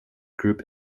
group